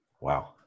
Wow